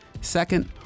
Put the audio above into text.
Second